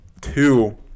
Two